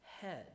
head